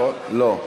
לא, נכון?